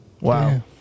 Wow